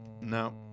No